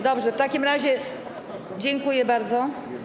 Dobrze, w takim razie dziękuję bardzo.